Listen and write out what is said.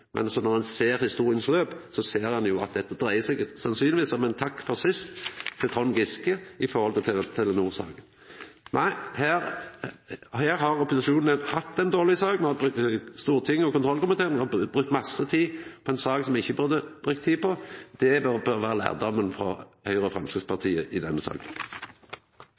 Men når ein ser på historia, ser ein jo at dette sannsynlegvis dreier seg om eit takk for sist til Trond Giske i forhold til Telenor-salet. Nei, her har opposisjonen hatt ei dårleg sak. Stortinget og kontrollkomiteen har brukt masse tid på ei sak som me ikkje burde ha brukt tid på. Det bør vera lærdommen for Høgre og Framstegspartiet i denne